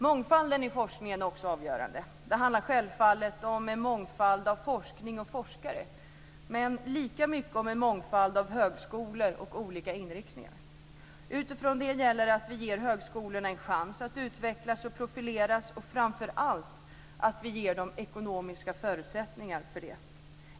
Mångfalden i forskningen är också avgörande. Det handlar självfallet om en mångfald av forskning och forskare, men lika mycket om en mångfald av högskolor och olika inriktningar. Utifrån det gäller att vi ger högskolorna en chans att utvecklas och profileras och framför allt att vi ger dem ekonomiska förutsättningar för det.